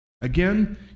Again